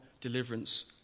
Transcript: deliverance